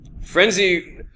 Frenzy